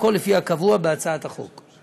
הכול לפי הקבוע בהצעת החוק.